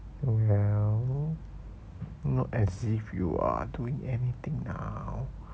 well not as if you are doing anything now